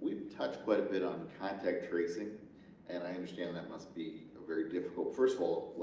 we've touched quite a bit on contact tracing and i understand that must be a very difficult first of all